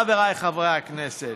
חבריי חברי הכנסת.